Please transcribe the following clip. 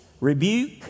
rebuke